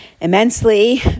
immensely